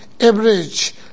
average